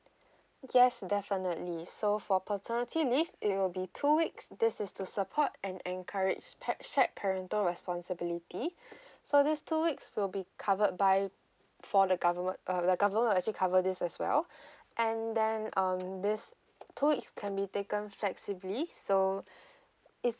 yes definitely so for paternity leave it will be two weeks this is to support and encourage shared parental responsibility so this two weeks will be covered by for the the government will actually cover this as well and then um this two weeks can be taken flexibly so